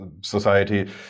society